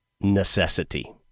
necessity